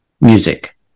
music